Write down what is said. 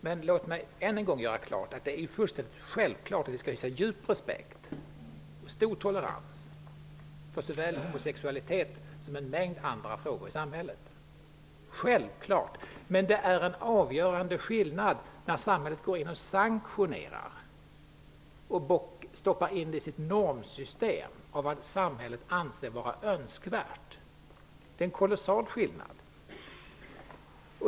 Men låt mig än en gång göra klart att det är fullständigt självklart att vi skall visa djup respekt och stor tolerans för såväl homosexualitet som en mängd andra frågor i samhället. Men det är en avgörande skillnad mellan att samhället går in och sanktionerar och att utnyttja normsystemet för vad samhället anser vara önskvärt. Det är en kolossal skillnad.